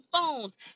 phones